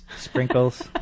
Sprinkles